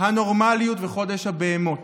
הנורמליות וחודש הבהמות.